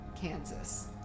Kansas